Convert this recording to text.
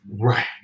Right